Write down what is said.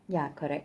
ya correct